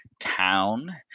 town